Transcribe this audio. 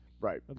Right